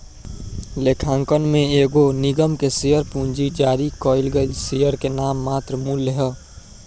लेखांकन में एगो निगम के शेयर पूंजी जारी कईल गईल शेयर के नाममात्र मूल्य ह